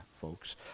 folks